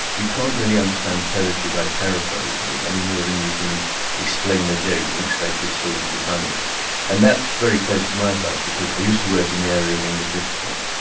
you can't really understand poetry by paraphrasing it any more than you can explain the joke and expect it still to be funny and that's very close to my heart because i used to work in the area of english literature.